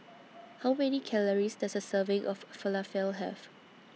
How Many Calories Does A Serving of Falafel Have